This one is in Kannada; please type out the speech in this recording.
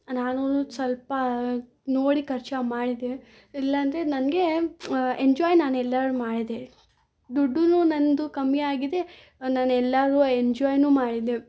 ನಾನು ಸ್ವಲ್ಪ ನೋಡಿ ಖರ್ಚು ಮಾಡಿದೆ ಇಲ್ಲಾಂದರೆ ನನಗೆ ಎಂಜೊಯ್ ನಾನು ಎಲ್ಲಾ ಮಾಡಿದೆ ದುಡ್ಡು ನನ್ನದು ಕಮ್ಮಿಯಾಗಿದೆ ನಾನು ಎಲ್ಲನು ಎಂಜೊಯ್ನು ಮಾಡಿದೆ